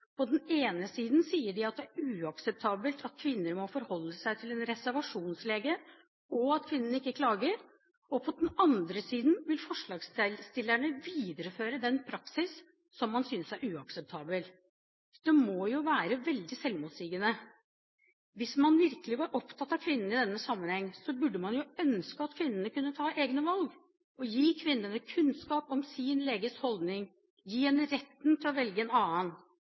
På den ene siden sier de at det er uakseptabelt at kvinner må forholde seg til en reservasjonslege, og at kvinnene ikke klager, og på den andre siden vil forslagsstillerne videreføre den praksis som man synes er uakseptabel. Dette må jo være veldig selvmotsigende. Hvis man virkelig var opptatt av kvinnene i denne sammenheng, så burde man jo ønske at kvinnene kunne ta egne valg – å gi kvinnene kunnskap om sin leges holdning og gi henne retten til å velge seg en annen.